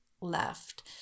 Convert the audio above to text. left